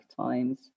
times